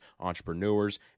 entrepreneurs